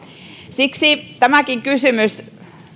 siksi tämäkin kysymys